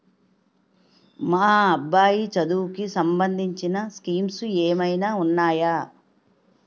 మా అబ్బాయి చదువుకి సంబందించిన స్కీమ్స్ ఏమైనా ఉన్నాయా?